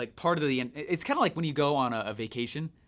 like part of the the and it's kind of like when you go on ah a vacation,